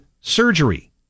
surgery